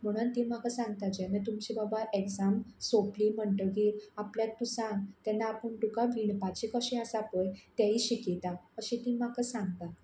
म्हुणून ती म्हाका सांगता जेन्ना तुमची बाबा एग्जाम सोंपली म्हणटगीर आपल्याक तूं सांग तेन्ना आपूण तुका विणपाचें कशें आसा पळय तेंय शिकयता अशें ती म्हाका सांगता